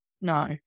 no